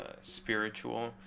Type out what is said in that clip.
spiritual